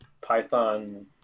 Python